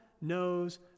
knows